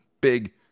big